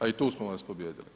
A i tu smo vas pobijedili.